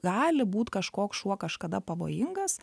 gali būt kažkoks šuo kažkada pavojingas